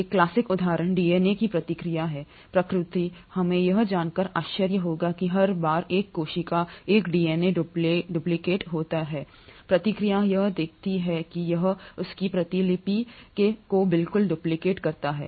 एक क्लासिक उदाहरण डीएनए की प्रक्रिया है प्रतिकृतिहमें यह जानकर आश्चर्य होगा कि हर बार एक कोशिका का डीएनए डुप्लिकेट होता है प्रक्रिया यह देखती है कि यह उसकी प्रतिलिपि को बिल्कुल डुप्लिकेट करता है